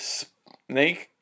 snake